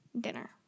dinner